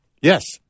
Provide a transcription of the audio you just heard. Yes